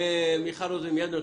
מיכל רוזין בבקשה.